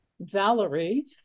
Valerie